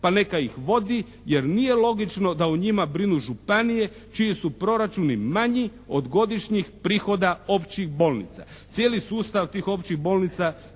pa neka ih vodi jer nije logično da o njima brinu županije čiji su proračuni manji od godišnjih prihoda općih bolnica. Cijeli sustav tih općih bolnica